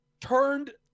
turned